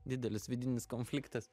didelis vidinis konfliktas